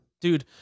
Dude